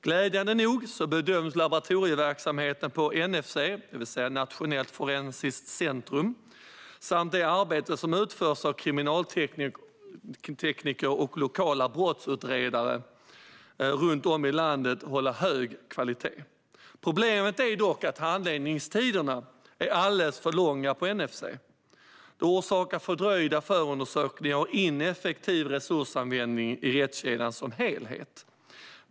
Glädjande nog bedöms laboratorieverksamheten på NFC, Nationellt forensiskt centrum, samt det arbete som utförs av kriminaltekniker och lokala brottsplatsundersökare runt om i landet hålla hög kvalitet. Problemet är dock att handläggningstiderna är alldeles för långa på NFC. Det orsakar fördröjda förundersökningar och ineffektiv resursanvändning i rättskedjan som helhet.